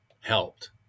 helped